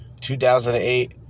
2008